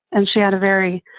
and she had a very,